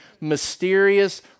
mysterious